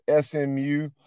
SMU